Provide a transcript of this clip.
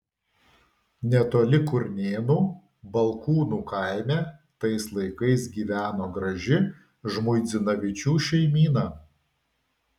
netoli kurnėnų balkūnų kaime tais laikais gyveno graži žmuidzinavičių šeimyna